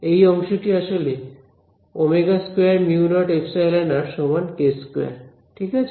এই অংশটি আসলে এখানে ω2μ0ε k2 ঠিক আছে